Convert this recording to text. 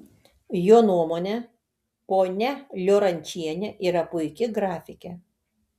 jo nuomone ponia liorančienė yra puiki grafikė